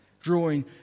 drawing